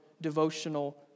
devotional